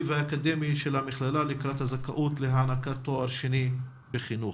והאקדמית של המכללה לקראת הזכאות להענקת תואר שני בחינוך.